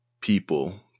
people